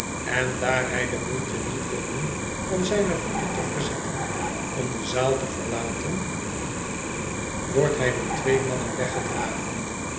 en daar hij de moeite niet wil doen van zijne voeten te verzetten om de zaal te veriaeen bezoek aan newgate ten wordt hij door twee mannen weggedraj